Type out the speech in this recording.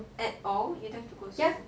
at all you don't have to go school at all